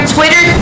Twitter